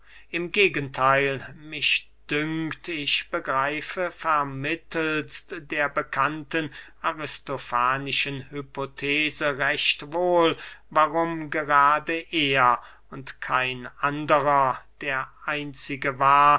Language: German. im gegentheil mich dünkt ich begreife vermittelst der bekannten aristofanischen hypothese recht wohl warum gerade er und kein anderer der einzige war